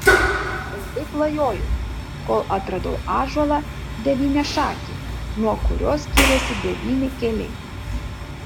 ilgai klajojau kol atradau ąžuolą devyniašakį nuo kurio skyrėsi devyni keliai